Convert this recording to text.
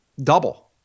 Double